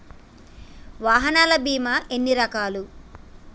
వాహనాల బీమా ఎన్ని రకాలు?